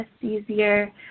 easier